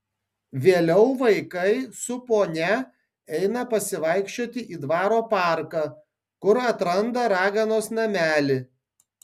vėliau vaikai su ponia eina pasivaikščioti į dvaro parką kur atranda raganos namelį